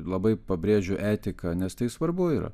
labai pabrėžiu etiką nes tai svarbu yra